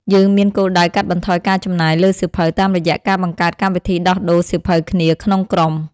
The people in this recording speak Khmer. យើងមានគោលដៅកាត់បន្ថយការចំណាយលើសៀវភៅតាមរយៈការបង្កើតកម្មវិធីដោះដូរសៀវភៅគ្នាក្នុងក្រុម។